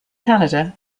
canada